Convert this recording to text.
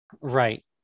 Right